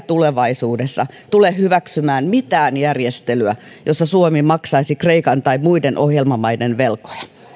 tulevaisuudessa hyväksymään mitään järjestelyä jossa suomi maksaisi kreikan tai muiden ohjelmamaiden velkoja